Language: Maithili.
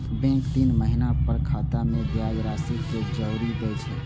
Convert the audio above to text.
बैंक तीन महीना पर खाता मे ब्याज राशि कें जोड़ि दै छै